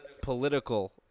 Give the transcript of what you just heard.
political